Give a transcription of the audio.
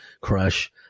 crush